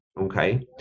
Okay